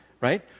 right